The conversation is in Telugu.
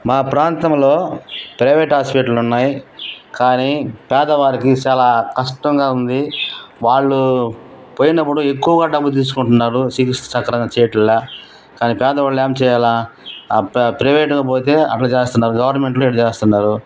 మా ప్రాంతంలో ప్రెవేట్ హాస్పిటల్లు ఉన్నాయి కానీ పేదవారికి చాలా కష్టంగా ఉంది వాళ్ళు పోయినప్పుడు ఎక్కువగా డబ్బు తీసుకుంటున్నారు చికిత్స సక్రమంగా చేయటం లేదు కానీ పేదవాళ్ళు ఏం చేయాలి ప్రెవేటుకు పోతే అట్లా చేస్తున్నారు గవర్నమెంట్లో ఇట్లా చేస్తున్నారు